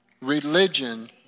Religion